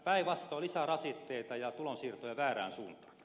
päinvastoin lisää rasitteita ja tulonsiirtoja väärään suuntaan